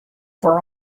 for